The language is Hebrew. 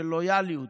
של לויאליות.